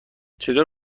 چطور